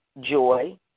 joy